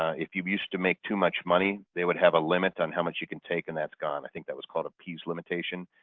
if you used to make too much money, they would have a limit on how much you can take, and that is gone. and i think that was called a piece limitation.